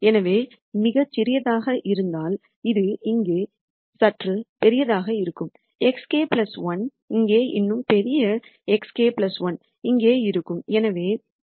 எனவே மிகச் சிறியதாக இருந்தால் அது இங்கே சற்று பெரியதாக இருக்கும் xk 1 இங்கே இன்னும் பெரிய xk 1 இங்கே இருக்கும்